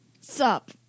Sup